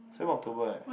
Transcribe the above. same October eh